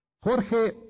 Jorge